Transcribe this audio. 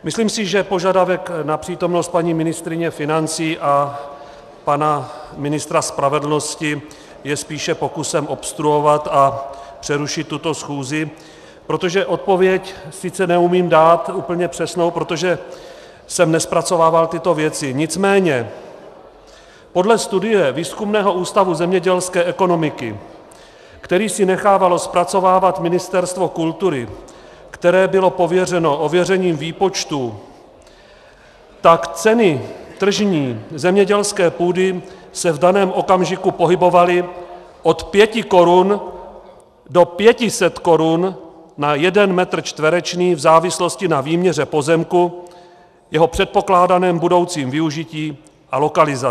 Myslím si, že požadavek na přítomnost paní ministryně financí a pana ministra spravedlnosti je spíše pokusem obstruovat a přerušit tuto schůzi, protože odpověď sice neumím dát úplně přesnou, protože jsem nezpracovával tyto věci, nicméně podle studie Výzkumného ústavu zemědělské ekonomiky, který si nechávalo zpracovávat Ministerstvo kultury, které bylo pověřeno ověřením výpočtů, tak tržní ceny zemědělské půdy se v daném okamžiku pohybovaly od 5 korun do 500 korun na jeden metr čtvereční v závislosti na výměře pozemku, jeho předpokládaném budoucím využití a lokalizaci.